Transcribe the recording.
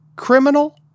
criminal